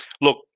Look